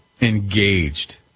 engaged